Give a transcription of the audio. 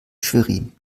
schwerin